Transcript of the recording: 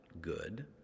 good